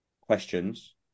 questions